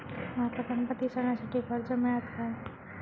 माका गणपती सणासाठी कर्ज मिळत काय?